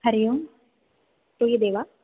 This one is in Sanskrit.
हरिः ओम् श्रूयते वा